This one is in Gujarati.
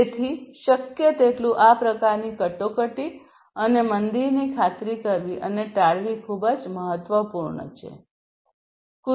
તેથી શક્ય તેટલું આ પ્રકારની કટોકટી અને મંદીની ખાતરી કરવી અને ટાળવી ખૂબ જ મહત્વપૂર્ણ છે